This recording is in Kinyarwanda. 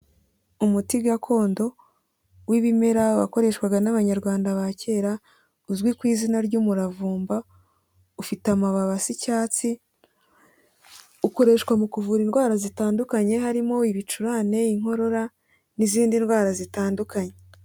Umuti gakondo w'ibimera wakoreshwaga n'abanyarwanda ba kera uzwi ku izina ry'umuravumba ufite amababi asa icyatsi, ukoreshwa mu kuvura indwara zitandukanye harimo ibicurane, inkorora n'izindi ndwara zitandukanye.